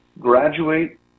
graduate